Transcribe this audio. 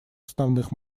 основных